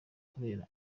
kubera